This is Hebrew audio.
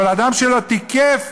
אבל אדם שלא תיקף,